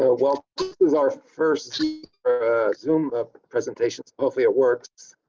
ah welcome is our first zoom presentation, so hopefully it works.